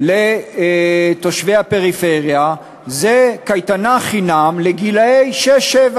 לתושבי הפריפריה זו קייטנה חינם לגילאי שש שבע,